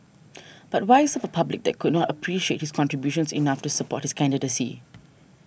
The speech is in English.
but why serve a public that could not appreciate his contributions enough to support his candidacy